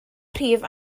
prif